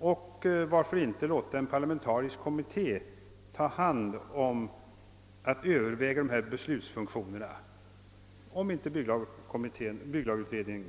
något. Varför inte låta en parlamentarisk kommitté överväga frågan om beslutsfunktionerna, om inte bygglagutredningen kan få göra det?